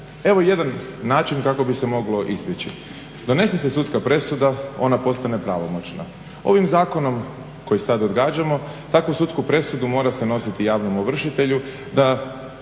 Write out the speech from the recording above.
evo jedan način kako bi se moglo izbjeći. Donese se sudska presuda, ona postane pravomoćna. Ovim zakonom koji sad odgađamo takvu sudsku presudu mora se nositi javnom ovršitelju da